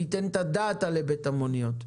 ניתן את הדעת על היבט המוניות.